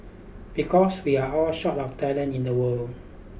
because we are all short of talent in the world